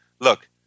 look